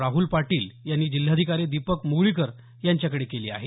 राहुल पाटील यांनी जिल्हाधिकारी दीपक म्गळीकर यांच्याकडे केली आहे